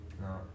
no